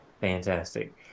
Fantastic